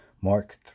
Mark